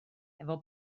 efo